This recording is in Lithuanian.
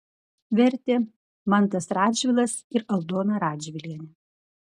vertė mantas radžvilas ir aldona radžvilienė